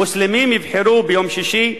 מוסלמים יבחרו ביום שישי,